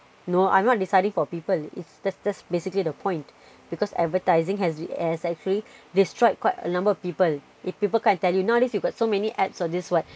no I'm not deciding for people it's that's that's basically the point because advertising has the has actually destroyed quite a number of people if people can't tell you nowadays you got so many ads on this what